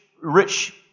rich